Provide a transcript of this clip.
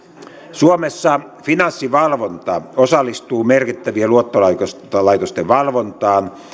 suomessa finanssivalvonta osallistuu merkittävien luottolaitosten valvontaan